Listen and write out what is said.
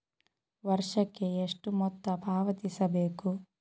ವರ್ಷಕ್ಕೆ ಎಷ್ಟು ಮೊತ್ತ ಪಾವತಿಸಬೇಕು?